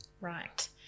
Right